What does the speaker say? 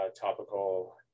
topical